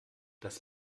das